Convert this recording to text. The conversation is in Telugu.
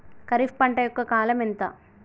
ఖరీఫ్ పంట యొక్క కాలం ఎంత?